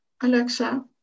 Alexa